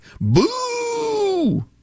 Boo